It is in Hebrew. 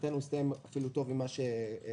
לשמחתנו הוא הסתיים אפילו טוב ממה שצפינו,